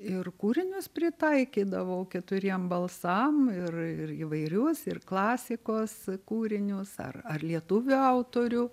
ir kūrinius pritaikydavau keturiem balsam ir ir įvairius ir klasikos kūriniuse ar ar lietuvių autorių